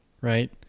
Right